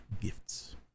gifts